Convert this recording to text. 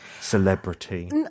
celebrity